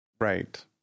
Right